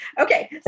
Okay